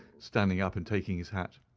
standing up and taking his hat.